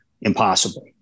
impossible